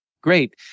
Great